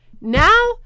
now